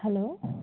hello